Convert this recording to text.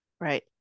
Right